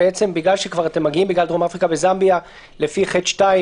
אתם מגיעים בגלל דרום אפריקה וזמביה לפי (ח)(2),